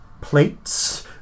plates